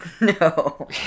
no